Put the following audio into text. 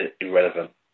irrelevant